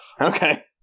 Okay